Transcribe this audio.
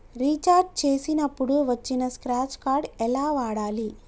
Recharge చేసినప్పుడు వచ్చిన scratch card ఎలా వాడాలి?